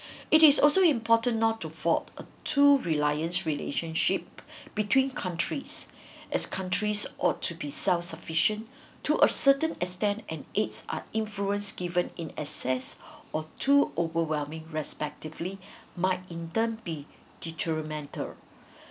it is also important not to forge a two reliance relationship between countries as countries ought to be self sufficient to a certain extent and aids are influence given in excess or too overwhelming respectively might in turn be detrimental